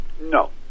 No